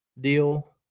deal